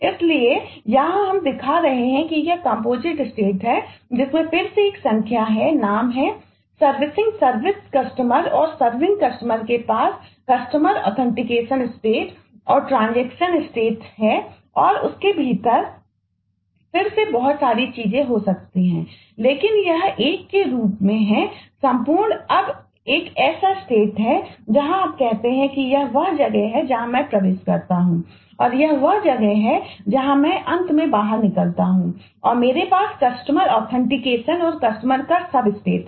इसलिए यहां हम दिखा रहे हैं कि यह कम्पोजिट स्टेट कर रहे हैं